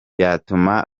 yatuma